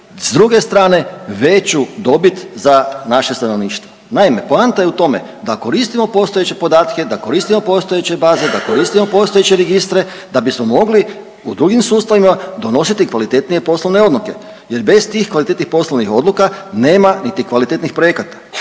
s druge strane, veću dobit za naše stanovništvo. Naime, poanta je u tome da koristimo postojeće podatke, da koristimo postojeće registre, da bismo mogli u drugim sustavima donositi kvalitetnije poslovne odluke jer bez tih kvalitetnih poslovnih odluka nema niti kvalitetnih projekata